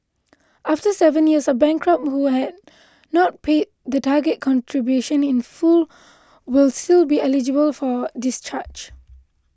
after seven years a bankrupt who has not paid the target contribution in full will still be eligible for discharge